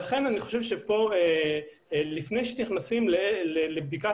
לכן אני חושב שלפני שנכנסים לבדיקת